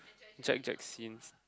Jack Jack scenes